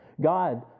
God